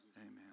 Amen